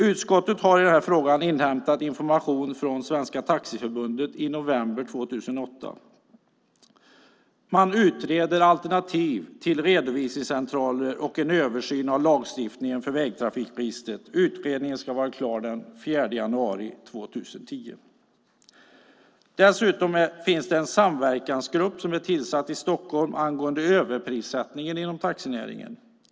Utskottet har i den här frågan inhämtat information från Svenska Taxiförbundet i november 2008. Man utreder alternativ till redovisningscentraler och en översyn av lagstiftningen för vägtrafikregistret. Utredningen ska vara klar den 4 januari 2010. Dessutom är en samverkansgrupp tillsatt i Stockholm angående överprissättningen inom taxinäringen.